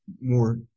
more